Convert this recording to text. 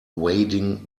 wading